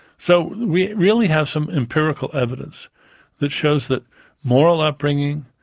so we really have some empirical evidence that shows that moral upbringing,